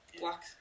Black